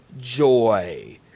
joy